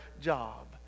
job